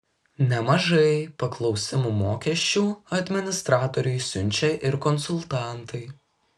nemažai paklausimų mokesčių administratoriui siunčia ir konsultantai